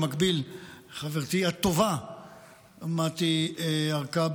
במקביל לחברתי הטובה חברת הכנסת מטי הרכבי.